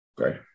Okay